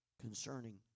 concerning